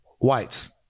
Whites